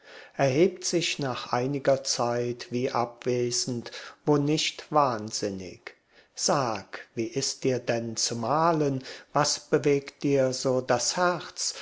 erhebt sich nach einiger zeit wie abwesend wo nicht wahnsinnig sag wie ist dir denn zumalen was beengt dir so das herz